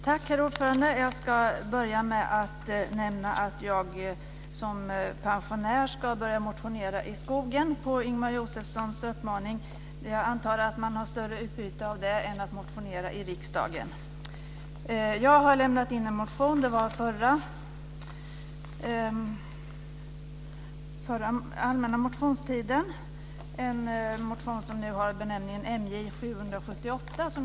Herr talman! Jag vill nämna att jag som pensionär ska börja motionera i skogen, på Ingemar Josefssons uppmaning. Jag antar att man har större utbyte av det än att motionera i riksdagen. Jag lämnade in en motion under förra allmänna motionstiden, och den har benämningen MJ778.